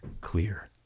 clear